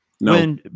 No